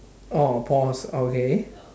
oh paws okay